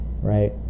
Right